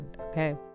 Okay